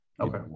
okay